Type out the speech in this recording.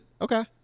Okay